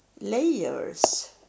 layers